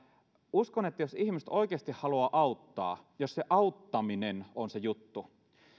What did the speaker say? uskon että jos ihmiset oikeasti haluavat auttaa jos se auttaminen on se juttu